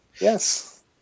Yes